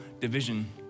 division